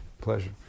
Pleasure